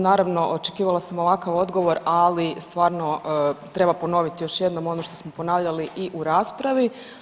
Naravno, očekivala sam ovakav odgovor, ali stvarno treba ponoviti još jednom ono što smo ponavljali i u raspravi.